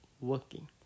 working